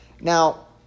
now